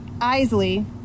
Isley